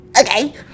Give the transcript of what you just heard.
Okay